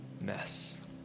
mess